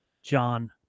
John